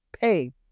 pay